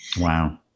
Wow